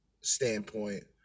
standpoint